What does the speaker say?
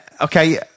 Okay